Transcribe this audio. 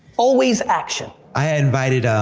always action. i invited,